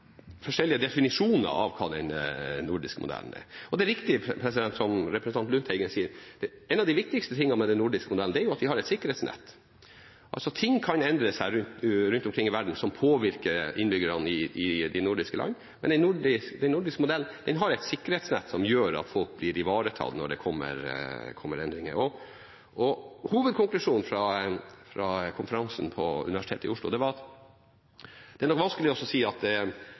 forskjellige definisjoner av hva den nordiske modellen er. Det er riktig, som representanten Lundteigen sier, en av de viktigste tingene med den nordiske modellen er at man har et sikkerhetsnett. Ting kan endre seg rundt omkring i verden som påvirker innbyggerne i de nordiske land, men den nordiske modellen har et sikkerhetsnett som gjør at folk blir ivaretatt når det kommer endringer. Hovedkonklusjonen fra konferansen på Universitetet i Oslo var at det er vanskelig å si